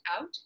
out